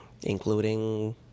including